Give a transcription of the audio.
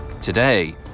Today